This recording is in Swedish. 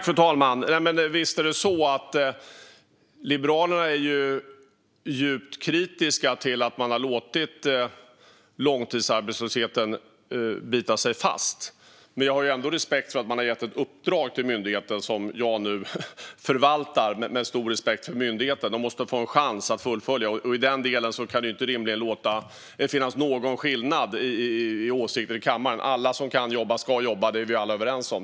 Fru talman! Visst är Liberalerna djupt kritiska till att man har låtit långtidsarbetslösheten bita sig fast, men jag har ändå respekt för att man har gett ett uppdrag till myndigheten som jag nu förvaltar med stor respekt för myndigheten. Arbetsförmedlingen måste få en chans att fullfölja detta. I den här delen kan man rimligen inte låta det finnas någon skillnad i åsikter i kammaren. Alla som kan jobba ska jobba; det är vi alla överens om.